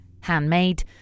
Handmade